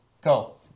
Go